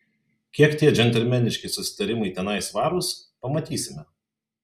kiek tie džentelmeniški susitarimai tenai svarūs pamatysime